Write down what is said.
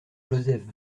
joseph